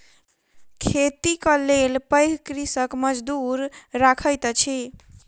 खेतीक लेल पैघ कृषक मजदूर रखैत अछि